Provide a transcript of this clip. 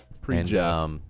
Pre-Jeff